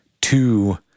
two